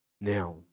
now